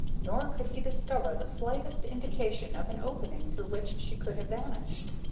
nor could he discover the slightest indication of an opening through which she could have vanished.